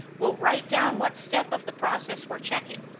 we'll write down what step of the process we're checking.